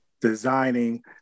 designing